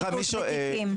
סמכות לחיפוש בתיקים.